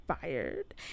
fired